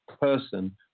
person